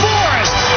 Forest